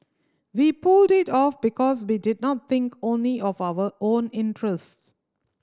we pulled it off because we did not think only of our own interests